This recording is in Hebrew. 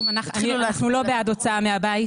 אנחנו לא בעד הוצאה מהבית.